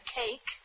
take